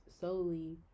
solely